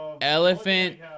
elephant